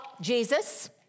Jesus